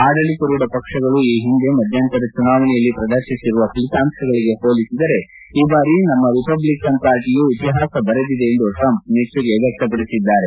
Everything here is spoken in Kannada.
ಆಡಳಿತಾರೂಢ ಪಕ್ಷಗಳು ಈ ಹಿಂದೆ ಮಧ್ಯಂತರ ಚುನಾವಣೆಯಲ್ಲಿ ಪ್ರದರ್ಶಿಸಿರುವ ಫಲಿತಾಂಶಗಳಿಗೆ ಹೋಲಿಸಿದರೆ ಈ ಬಾರಿ ನಮ್ಮ ರಿಪಬ್ಲಿಕನ್ ಪಾರ್ಟಿಯು ಇತಿಪಾಸ ಬರೆದಿದೆ ಎಂದು ಟ್ರಂಪ್ ಮೆಚ್ಚುಗೆ ವ್ಯಕ್ತಪಡಿಸಿದ್ದಾರೆ